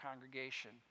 congregation